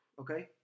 Okay